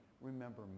remember